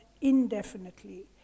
indefinitely